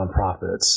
nonprofits